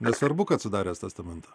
nesvarbu kad sudaręs testamentą